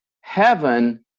heaven